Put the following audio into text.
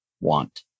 want